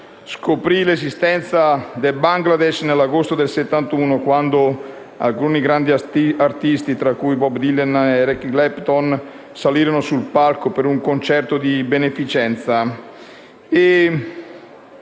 scoprì l'esistenza del Bangladesh nell'agosto del 1971, quando alcuni grandi artisti, tra cui Bob Dylan ed Eric Clapton, salirono sul palco per un concerto di beneficenza.